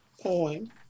poem